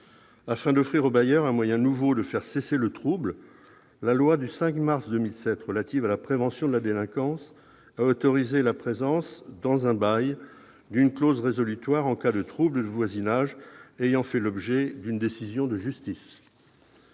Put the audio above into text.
Afin d'offrir au bailleur un moyen nouveau de faire cesser le trouble, la loi du 5 mars 2007 relative à la prévention de la délinquance a autorisé la présence dans un bail d'une clause résolutoire en cas de troubles de voisinage ayant fait l'objet d'une décision de justice.